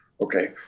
Okay